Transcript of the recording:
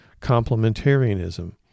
complementarianism